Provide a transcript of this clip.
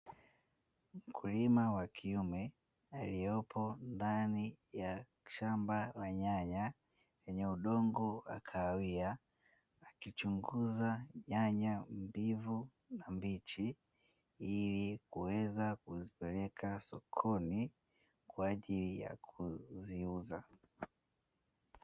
Mkulima wa kiume aliyopo ndani ya shamba la nyanya, lenye udongo wa kahawia, akichunguza nyanya mbivu na mbichi, ili kuweza kuzipeleka sokoni kwa ajili ya kuziuza.